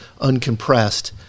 uncompressed